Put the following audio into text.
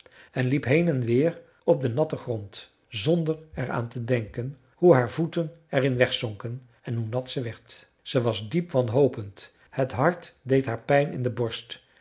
en liep heen en weer op den natten grond zonder er aan te denken hoe haar voeten er in wegzonken en hoe nat ze werd ze was diep wanhopend het hart deed haar pijn in de borst